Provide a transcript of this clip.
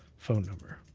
phone number,